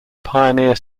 pioneer